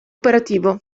operativo